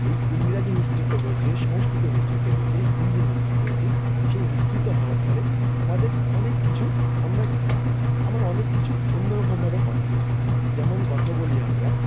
এই ইংরাজি মিশ্রিত হয়েছে সংস্কৃত মিশ্রিত হয়েছে হিন্দি মিশ্রিত হয়েছে সেই মিশ্রিত হওয়ার ফলে আমাদের অনেক কিছু আমরা আমরা অনেক কিছু অন্যরকমভাবে কথা বলি যেমন কথা বলি আমরা